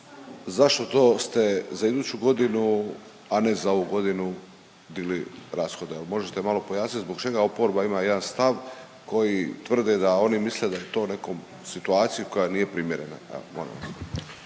zašto to ste za iduću godinu, a ne za ovu godinu digli rashode? Evo možete malo pojasnit zbog čega oporba ima jedan stav koji tvrde da oni misle da je to nekom situaciji koja nije primjerena